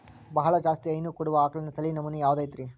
ಬಹಳ ಜಾಸ್ತಿ ಹೈನು ಕೊಡುವ ಆಕಳಿನ ತಳಿ ನಮೂನೆ ಯಾವ್ದ ಐತ್ರಿ?